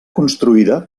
construïda